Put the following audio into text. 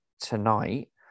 tonight